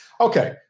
Okay